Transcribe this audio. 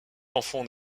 enfants